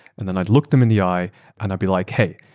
and then i'd look them in the eye and i'd be like, hey,